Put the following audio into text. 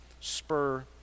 spur